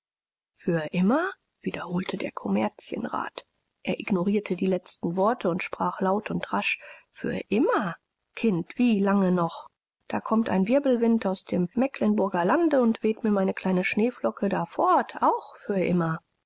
für immer wiederholte der kommerzienrat er ignorierte die letzten worte und sprach laut und rasch für immer kind wie lange noch da kommt ein wirbelwind aus dem mecklenburger lande und weht mir meine kleine schneeflocke da fort auch für immer